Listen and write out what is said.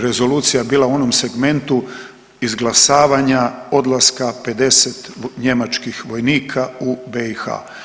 Rezolucija je bila u onom segmentu izglasavanja odlaska 50 njemačkih vojnika u BiH.